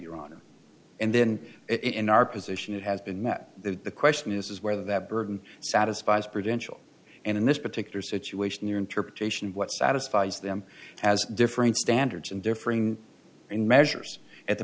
your honor and then in our position it has been met the question is where that burden satisfies prudential and in this particular situation your interpretation of what satisfies them has different standards and differing in measures at the